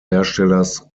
herstellers